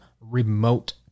remote